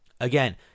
Again